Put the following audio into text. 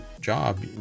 job